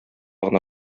гына